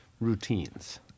routines